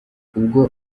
ubwo